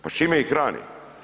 Pa s čime ih hrani?